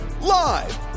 live